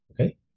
Okay